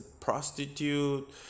prostitute